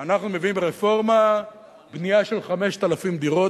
ואנחנו מביאים ברפורמה בנייה של 5,000 דירות,